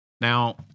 Now